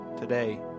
today